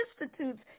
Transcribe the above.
Institute's